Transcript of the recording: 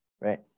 right